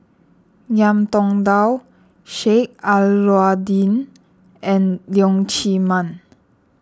Ngiam Tong Dow Sheik Alau'ddin and Leong Chee Mun